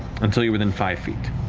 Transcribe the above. until you're within five feet.